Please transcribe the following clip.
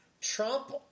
Trump